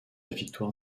victoire